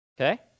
Okay